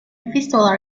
vistula